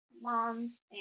moms